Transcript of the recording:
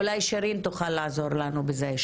אולי שירין תוכל לעזור לנו בזה.